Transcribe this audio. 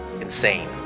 insane